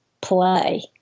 play